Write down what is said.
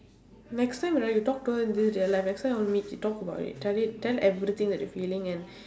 next time right you talk to her in real life next time you want to meet you talk about it tell it tell her everything that you feeling and